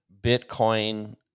Bitcoin